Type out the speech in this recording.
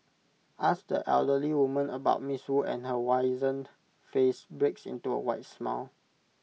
ask the elderly woman about miss wu and her wizened face breaks into A wide smile